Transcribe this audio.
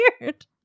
weird